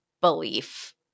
belief